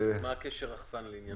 מה הקשר של רחפן לענייננו?